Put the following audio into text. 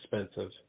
expensive